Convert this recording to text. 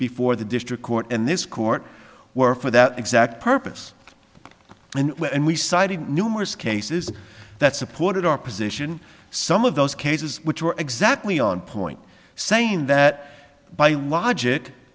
before the district court and this court were for that exact purpose and and we cited numerous cases that supported our position some of those cases which were exactly on point saying that by l